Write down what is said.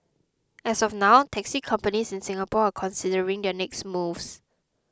as of now taxi companies in Singapore are considering their next moves